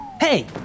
Hey